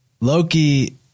Loki